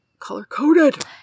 color-coded